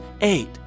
eight